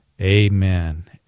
amen